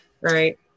Right